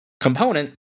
component